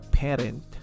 parent